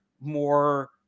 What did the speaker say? more